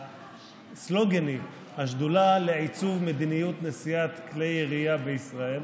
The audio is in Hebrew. והסלוגני: השדולה לעיצוב מדיניות נשיאת כלי ירייה בישראל.